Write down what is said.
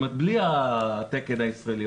זאת אומרת בלי התקן הישראלי,